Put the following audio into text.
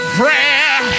prayer